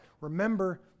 remember